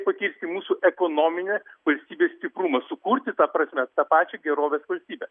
pakeisti mūsų ekonominį valstybės stiprumą sukurti ta prasme tą pačią gerovės valstybę